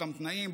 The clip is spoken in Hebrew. באותם תנאים,